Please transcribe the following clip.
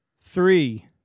Three